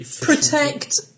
protect